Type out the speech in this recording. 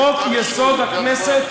חוק-יסוד: הכנסת,